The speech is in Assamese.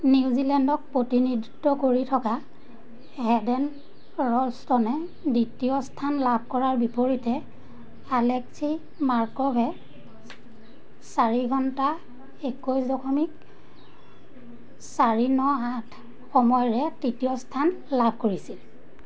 নিউজিলেণ্ডক প্ৰতিনিধিত্ব কৰি থকা হেডেন ৰ'লষ্টনে দ্বিতীয় স্থান লাভ কৰাৰ বিপৰীতে আলেক্সি মাৰ্কভে চাৰি ঘণ্টা একৈছ দশমিক চাৰি ন আঠ সময়েৰে তৃতীয় স্থান লাভ কৰিছিল